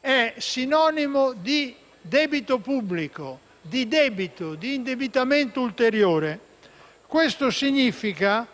è sinonimo di «debito pubblico», di indebitamento ulteriore. Questo significa